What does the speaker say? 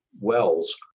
wells